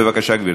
בבקשה, גברתי.